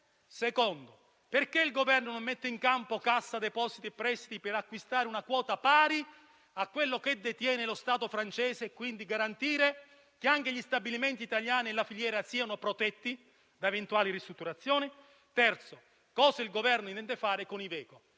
Secondo: perché il Governo non mette in campo Cassa depositi e prestiti per acquistare una quota pari a quella che detiene lo Stato francese, garantendo che anche gli stabilimenti e la filiera italiani siano protetti da eventuali ristrutturazioni? Terzo: il Governo cosa intende fare con Iveco,